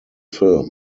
film